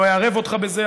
לא אערב אותך בזה,